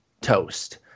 toast